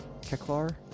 Keklar